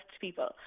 people